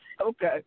Okay